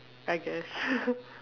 I guess